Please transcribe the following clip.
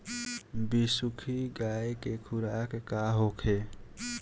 बिसुखी गाय के खुराक का होखे?